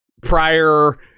prior